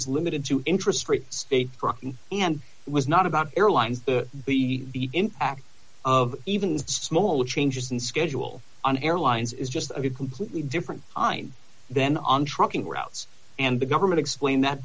was limited to interest rates a drop in and was not about airlines the impact of even small changes in schedule on airlines is just a completely different time then on trucking routes and the government explain that